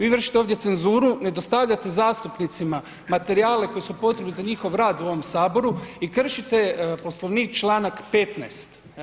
Vi vršite ovdje cenzuru, ne dostavljate zastupnicima materijale koji su potrebni za njihov rad u ovom Saboru i kršite Poslovnik članak 15.